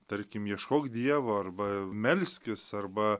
tarkim ieškok dievo arba melskis arba